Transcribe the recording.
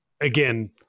again